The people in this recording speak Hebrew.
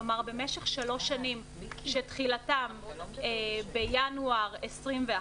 כלומר במשך שלוש שנים שתחילתן בינואר 2021,